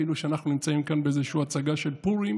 כאילו שאנחנו נמצאים כאן באיזושהי הצגה של פורים